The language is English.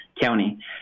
County